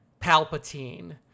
Palpatine